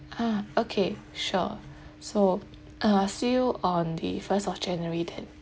ah okay sure so uh see you on the first of january then